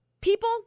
people